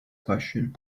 question